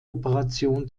operation